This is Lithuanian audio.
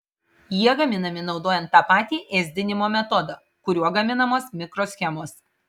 jie gaminami naudojant tą patį ėsdinimo metodą kuriuo gaminamos mikroschemos